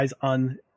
on